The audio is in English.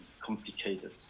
complicated